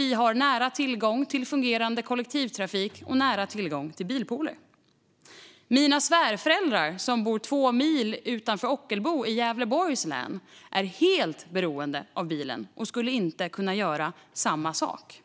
Vi har nära tillgång till kollektivtrafik och till bilpool. Mina svärföräldrar, som bor två mil utanför Ockelbo i Gävleborgs län, är helt beroende av bilen och skulle inte kunna göra samma sak.